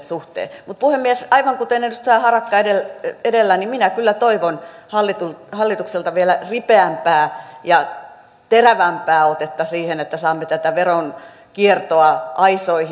mutta puhemies aivan kuten edustaja harakka edellä minä kyllä toivon hallitukselta vielä ripeämpää ja terävämpää otetta siihen että saamme tätä veronkiertoa aisoihin